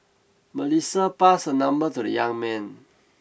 Melissa passed her number to the young man